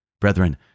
Brethren